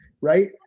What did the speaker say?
right